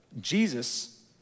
Jesus